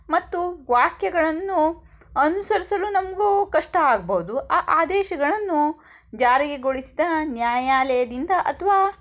ಮತ್ತು ವಾಕ್ಯಗಳನ್ನು ಅನುಸರಿಸಲು ನಮಗೂ ಕಷ್ಟ ಆಗಬಹುದು ಆ ಆದೇಶಗಳನ್ನು ಜಾರಿಗೊಳಿಸ್ತಾ ನ್ಯಾಯಾಲಯದಿಂದ ಅಥವಾ